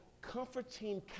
comforting